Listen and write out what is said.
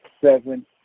seven